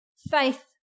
faith